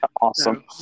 Awesome